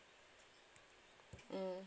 mm